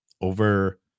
over